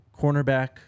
cornerback